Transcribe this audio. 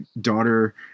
daughter